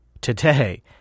today